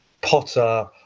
potter